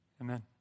Amen